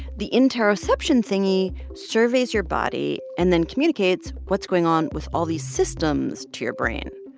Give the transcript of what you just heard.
the interoception thingy surveys your body and then communicates what's going on with all these systems to your brain,